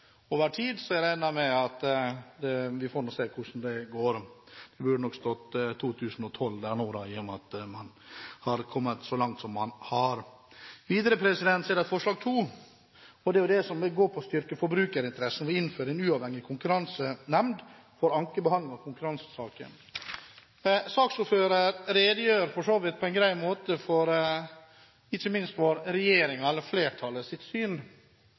over tiden. Vi får nå se hvordan det går, men det burde nok stått 2012 der nå, i og med at man har kommet så langt som man har kommet. Videre er det et forslag II, og det er det som går på å «styrke forbrukerinteressene ved å innføre en uavhengig konkurransenemnd for ankebehandling og konkurransesaker». Saksordføreren redegjorde for så vidt på en grei måte ikke minst for flertallets syn,